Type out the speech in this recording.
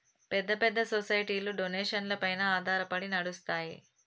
పెద్ద పెద్ద సొసైటీలు డొనేషన్లపైన ఆధారపడి నడుస్తాయి